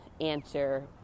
answer